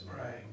pray